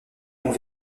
ont